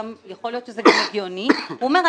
ויכול להיות שזה גם הגיוני ואומר: